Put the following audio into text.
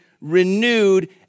renewed